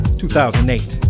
2008